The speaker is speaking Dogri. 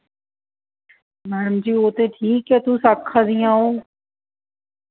मैडम जी ओह् ते ठीक ऐ तुस आखा दियां ओह्